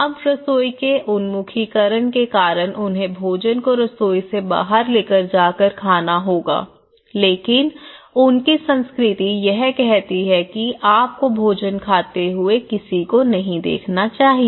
अब रसोई के उन्मुखीकरण के कारण उन्हें भोजन को रसोई से बाहर लेकर जाकर खाना होगा लेकिन उनकी संस्कृति यह कहती है कि आप को भोजन खाते हुए किसी को नहीं देखना चाहिए